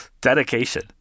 Dedication